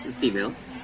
females